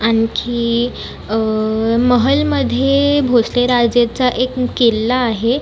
आणखी महलमध्ये भोसले राजेचा एक किल्ला आहे